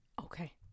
Okay